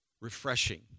refreshing